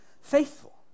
faithful